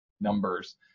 numbers